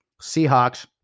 Seahawks